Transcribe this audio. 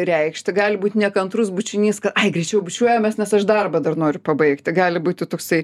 reikšti gali būt nekantrus bučinys ai greičiau bučiuojamės nes aš darbą dar noriu pabaigti gali būti toksai